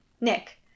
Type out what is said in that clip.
Nick